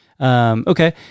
Okay